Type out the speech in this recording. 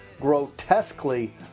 grotesquely